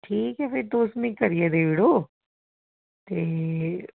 ठीक ऐ भी तुस मिगी करियै देई ओड़ेओ ते